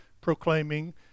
proclaiming